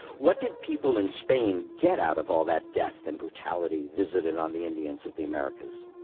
what did people in spain get out of all that death and brutality visited on the indians of the americas?